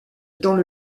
dans